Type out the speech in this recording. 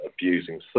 abusing